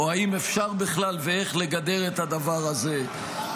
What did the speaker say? האם אפשר, ואיך, לגדר את הדבר הזה?